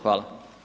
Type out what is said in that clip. Hvala.